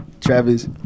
Travis